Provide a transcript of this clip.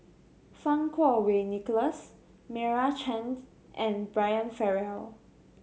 Fang Kuo Wei Nicholas Meira Chand and Brian Farrell